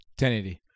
1080